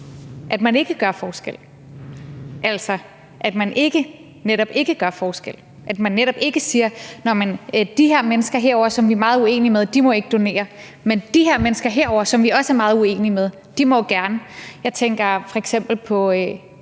at man ikke gør forskel, altså at man netop ikke gør forskel; at man netop ikke siger, at de mennesker herovre, som vi er meget uenige med, må ikke donere, mens de mennesker derovre, som vi også er meget uenige med, gerne må. Jeg tænker f.eks.